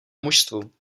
mužstvu